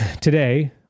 today